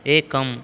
एकम्